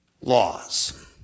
laws